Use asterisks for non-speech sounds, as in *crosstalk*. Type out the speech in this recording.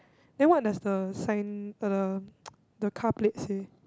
then what does the sign for the *noise* the car plate say